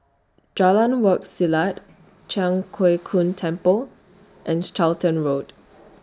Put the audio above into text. Jalan Wak Selat Cho Keong Temple and Charlton Road